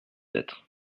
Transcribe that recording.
être